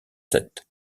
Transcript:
sept